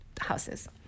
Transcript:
houses